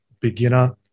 beginner